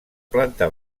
planta